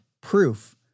proof